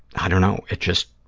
i don't know, it just.